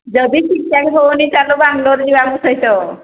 ଯଦି ଠିକ୍ ଠାକ୍ ହେଉନି ଚାଲ ବାଙ୍ଗଲୋର୍ ଯିବା ଆମ ସହିତ